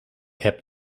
heb